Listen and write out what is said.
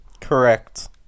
Correct